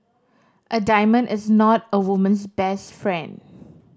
a diamond is not a woman's best friend